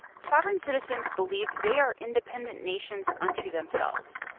sovereign citizens believe they are independent nations unto themselves,